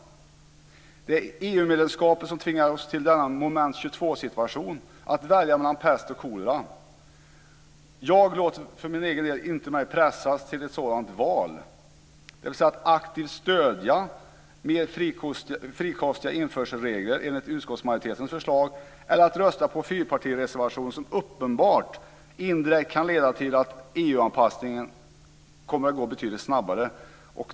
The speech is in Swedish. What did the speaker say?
Det är EU-medlemskapet som tvingar oss in i denna moment 22-situation, att välja pest och kolera. Jag för min egen del låter mig inte pressas till ett sådant val, dvs. att aktivt stödja mer frikostiga införselregler enligt utskottsmajoritetens förslag eller att rösta på en fyrpartireservation som uppenbart indirekt kan leda till att EU-anpassningen kommer att gå betydligt snabbare.